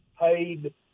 paid